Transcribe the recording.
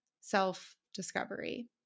self-discovery